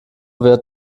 wird